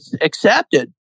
accepted